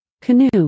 Canoe